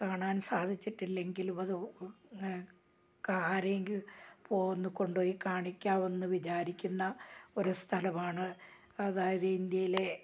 കാണാൻ സാധിച്ചിട്ടില്ലെങ്കിലും ആരെങ്കിലും പോയി ഒന്ന് കൊണ്ട് പോയി കാണിക്കാൻ എന്ന് വിചാരിക്കുന്ന ഒരു സ്ഥലമാണ് അതായത് ഇന്ത്യയിലെ